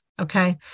okay